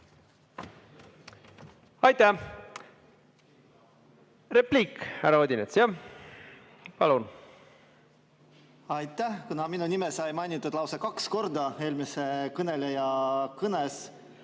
Aitäh! Repliik, härra Odinets, jah? Palun! Kuna minu nime sai mainitud lausa kaks korda eelmise kõneleja kõnes,